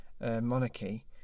monarchy